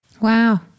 Wow